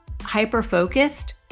hyper-focused